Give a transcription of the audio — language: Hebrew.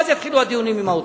ואז יתחילו הדיונים עם האוצר.